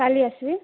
କାଲି ଆସିବି